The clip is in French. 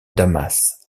damas